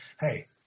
hey